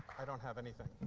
i don't have anything.